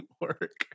work